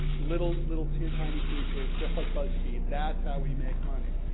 little, little, teeny tiny pieces, just like buzzfeed, that's how we make money.